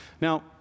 Now